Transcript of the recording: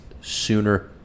sooner